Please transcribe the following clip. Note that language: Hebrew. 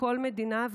מכל מדינה,